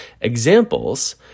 examples